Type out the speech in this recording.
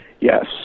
Yes